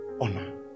Honor